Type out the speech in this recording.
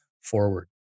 forward